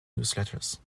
newsletters